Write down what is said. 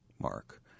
Mark